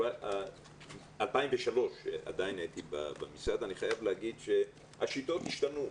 אני חייב להגיד שהשיטות השתנו.